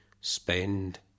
spend